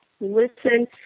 listen